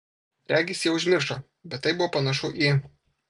regis jie užmiršo bet tai buvo panašu į